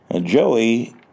Joey